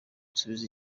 nsubije